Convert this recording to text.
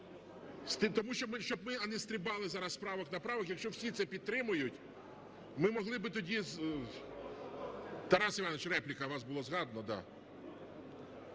Тому що щоб ми не стрибали з правок на правки. Якщо всі це підтримують, ми могли би тоді… Тарас Іванович, репліка. Вас було згадано.